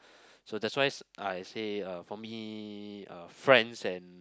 so that's why I say uh for me uh friends and